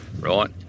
right